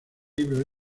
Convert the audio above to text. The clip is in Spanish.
libro